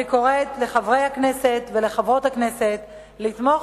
אני קוראת לחברי הכנסת ולחברות הכנסת לתמוך